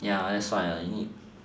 ya that's why you need